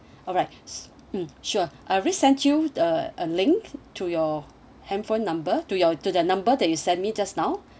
alright mm sure I already sent you a a link to your handphone number to your to the number that you sent me just now